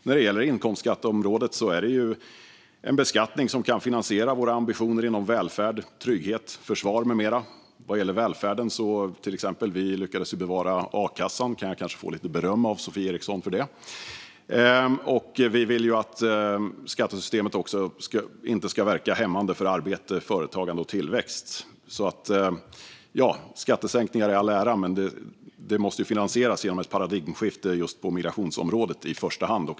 När det gäller inkomstskatteområdet är det en beskattning som kan finansiera våra ambitioner inom välfärd, trygghet, försvar med mera. När det gäller välfärden lyckades vi till exempel bevara a-kassan. Jag kanske kan få lite beröm av Sofie Eriksson för det. Vi vill att skattesystemet inte ska verka hämmande för arbete, företagande och tillväxt. Skattesänkningar i all ära, men det måste finansieras genom ett paradigmskifte på migrationsområdet i första hand.